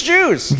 Jews